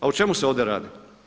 A o čemu se ovdje radi?